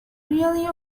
really